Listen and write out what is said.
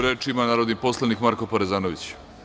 Reč ima narodni poslanik Marko Parezanović.